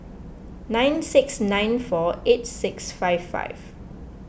nine six nine four eight six five five